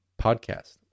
podcast